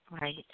Right